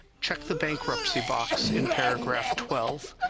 check the bankruptcy box in paragraph twelve,